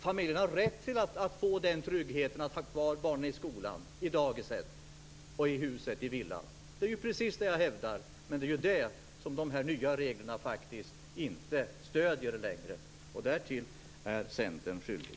Familjen har rätt till den tryggheten att få ha kvar barnen i skolan, på dagiset och i villan. Det är det jag hävdar, men det är detta som de nya reglerna inte längre medger. Därtill är Centern skyldig.